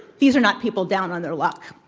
these are not people down on their luck.